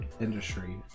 industry